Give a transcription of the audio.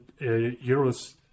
euros